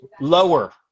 lower